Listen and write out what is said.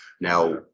Now